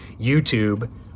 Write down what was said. YouTube